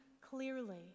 clearly